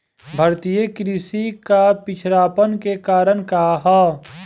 भारतीय कृषि क पिछड़ापन क कारण का ह?